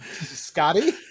Scotty